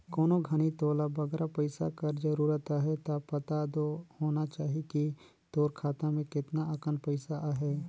कोनो घनी तोला बगरा पइसा कर जरूरत अहे ता पता दो होना चाही कि तोर खाता में केतना अकन पइसा अहे